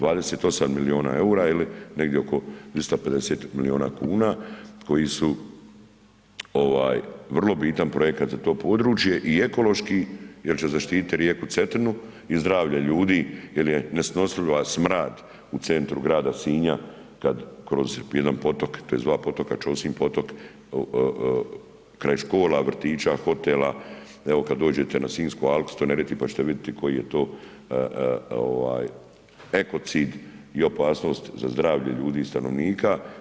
28 miliona EUR-a ili negdi oko 250 miliona kuna koji su ovaj vrlo bitan projekt za to područje i ekološki jer će zaštitit rijeku Cetinu i zdravlje ljudi jer je nesnosljivi smrad u centru grada Sinja kad kroz jedan potok, tj. dva potoka Ćosin potok kraj škola, vrtića, hotela, evo kad dođete na Sinjsku alku, pa ćete vidjeti koji je to ovaj ekocid i opasnost za zdravlje ljudi i stanovnika.